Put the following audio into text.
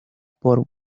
por